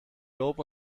lob